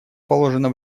положено